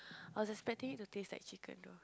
I was expecting it to taste like chicken